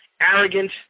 arrogant